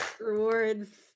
Rewards